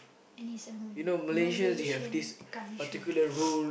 and it's a Malaysian country